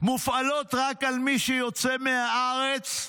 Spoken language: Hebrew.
מופעלות רק על מי שיוצא מהארץ,